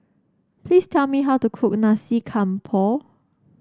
please tell me how to cook Nasi Campur